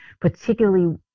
particularly